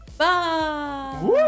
Bye